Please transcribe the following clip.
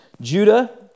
Judah